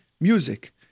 music